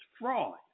fraud